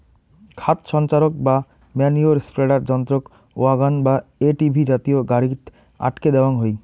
খাদ সঞ্চারক বা ম্যনিওর স্প্রেডার যন্ত্রক ওয়াগন বা এ.টি.ভি জাতীয় গাড়িত আটকে দ্যাওয়াং হই